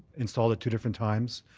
installed at two different times.